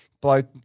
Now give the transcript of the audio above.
bloke